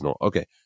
Okay